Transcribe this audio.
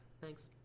Thanks